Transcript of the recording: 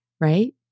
right